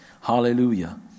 Hallelujah